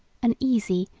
an easy,